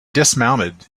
dismounted